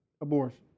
abortion